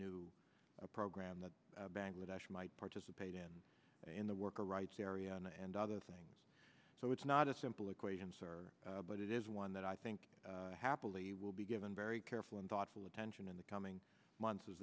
new program that bangladesh might participate in in the worker rights area and other things so it's not a simple equations or but it is one that i think happily will be given very careful and thoughtful attention in the coming months